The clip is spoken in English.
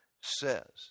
says